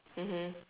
mmhmm